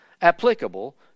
applicable